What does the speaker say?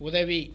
உதவி